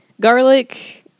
Garlic